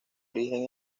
origen